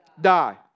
Die